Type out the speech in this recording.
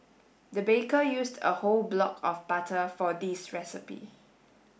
the baker used a whole block of butter for this recipe